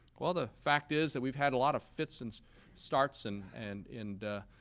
well, the fact is that we've had a lot of fits and starts and and in the